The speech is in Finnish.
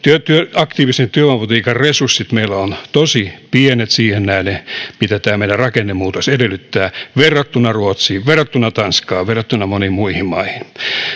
aktiivisen työvoimapolitiikan resurssit meillä ovat tosi pienet siihen nähden mitä tämä meidän rakennemuutos edellyttää verrattuna ruotsiin verrattuna tanskaan verrattuna moniin muihin maihin